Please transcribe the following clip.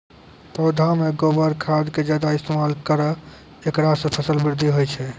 पौधा मे गोबर खाद के ज्यादा इस्तेमाल करौ ऐकरा से फसल बृद्धि होय छै?